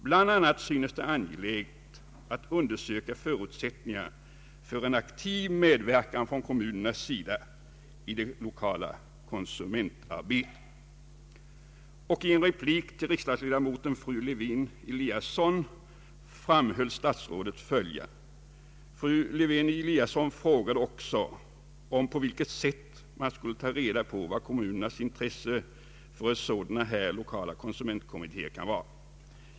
Bl.a. synes det angeläget att undersöka förutsättningarna för en aktiv medverkan från kommunernas sida i det lokala konsumentarbetet.” I en replik till riksdagsledamoten fru Lewén-Eliasson framhöll statsrådet följande: ”Fru Lewén-Eliasson frågade också om på vilket sätt man skall ta reda på vad kommunernas intresse för sådana här lokala konsumentkommitté er kan vara.